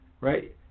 right